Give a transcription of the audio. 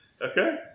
Okay